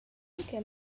che